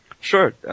Sure